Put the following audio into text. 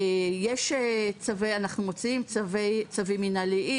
אנחנו מוציאים צווים מנהליים,